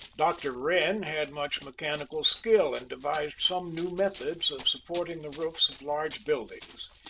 dr. wren had much mechanical skill, and devised some new methods of supporting the roofs of large buildings.